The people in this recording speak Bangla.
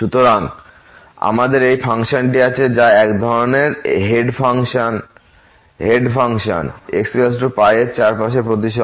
সুতরাং আমাদের এই ফাংশনটি আছে যা এক ধরণের হেড ফাংশনxπ এর চারপাশে প্রতিসম